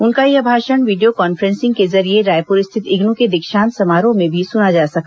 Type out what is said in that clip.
उनका यह भाषण वीडियो कॉन्फ्रेंसिंग के जरिये रायपुर स्थित इग्नू के दीक्षांत समारोह में भी सुना जा सका